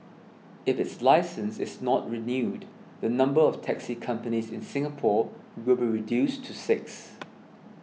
if its licence is not renewed the number of taxi companies in Singapore will be reduced to six